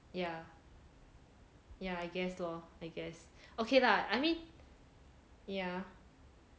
yeah yeah I guess lor I guess okay lah I mean yeah